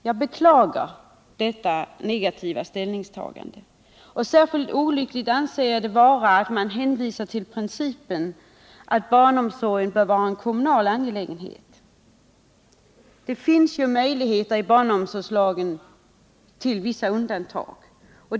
Jag beklagar detta negativa ställningstagande. Särskilt olyckligt anser jag det vara att man hänvisar till principen att barnomsorgen bör vara en kommunal angelägenhet. Det finns ju i barnomsorgslagen möjligheter att göra vissa undantag.